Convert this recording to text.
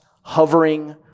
hovering